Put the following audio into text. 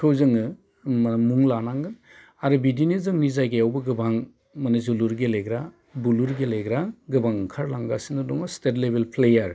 खौ जोङो मुं लानांगोन आरो बिदिनो जोंनि जायगायावबो गोबां जोलुर गेलेग्रा बुलुर गेलेग्रा गोबां ओंखारलांगासिनो दङ स्थेत लेबेल प्लेयार